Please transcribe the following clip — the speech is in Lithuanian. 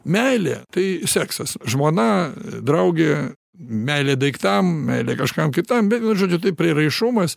meilė tai seksas žmona draugė meilė daiktam meilė kažkam kitam bet vienu žodžiu tai prieraišumas